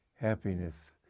happiness